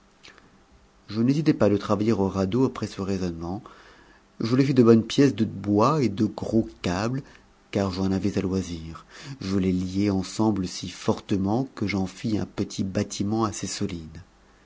je n'hésitai pas de travailler au radeau après ce raisonnement je le iis g bonnes pièces de bois et de gros câbles car j'en avais à choisir je les liai t'nsemme si fortement que j'en fis un petit bâtiment assez solide